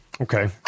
Okay